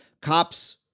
cops